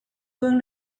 going